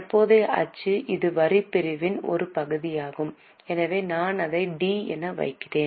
தற்போதைய அச்சு இது வரி பிரிவின் ஒரு பகுதியாகும் எனவே நான் அதை டி என வைக்கிறேன்